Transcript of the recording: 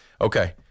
Okay